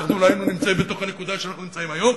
אנחנו לא היינו נמצאים בנקודה שאנחנו נמצאים היום,